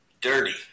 Dirty